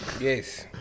Yes